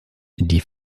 die